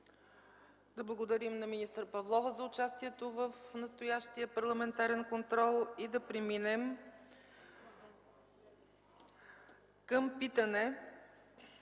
Да благодарим на министър Павлова за участието й в настоящия парламентарен контрол. Преминаваме към питане